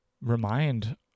remind